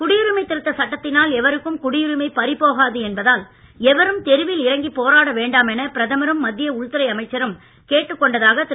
குடியுரிமை திருத்தச் சட்டத்தினால் எவருக்கும் குடியுரிமை பறிபோகாது என்பதால் எவரும் தெருவில் இறங்கி போராட வேண்டாம் என பிரதமரும் மத்திய உள்துறை அமைச்சரும் கேட்டுக் கொண்டதாக திரு